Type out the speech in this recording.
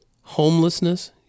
homelessness